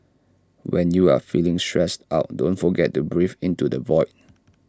when you are feeling stressed out don't forget to breathe into the void